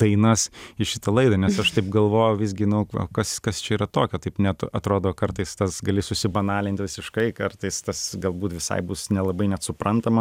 dainas į šitą laidą nes aš taip galvoju visgi nu o kas kas čia yra tokio taip net atrodo kartais tas gali susibanalint visiškai kartais tas galbūt visai bus nelabai net suprantama